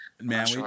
Man